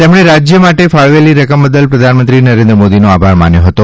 તેમણે રાજય માટે ફાળવાયેલી રકમ બદલ પ્રધાનમંત્રી નરેન્દ્ર મોદીનો આભાર માન્યો હતો